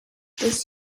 this